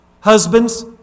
Husbands